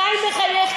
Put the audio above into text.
הגיל בראש,